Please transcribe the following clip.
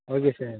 okay sir